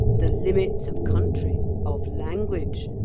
the limits of country, of language,